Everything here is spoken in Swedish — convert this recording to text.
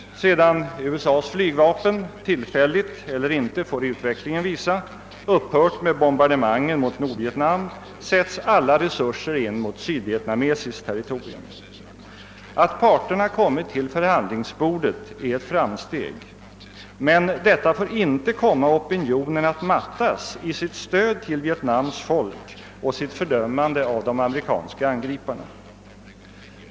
Efter det att USA:s flygvapen upphört med bomhbardemangen mot Nordvietnam — tillfälligt eller inte får utvecklingen visa — sättes alla resurser in mot sydvietnamesiskt territorium. Det är ett framsteg att parterna nu kunnat samlas kring förhandlingsbordet, men detta får inte komma opinionen att mattas när det gäller stödet till Vietnams folk och fördömandet av de amerikanska angriparna.